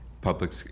Public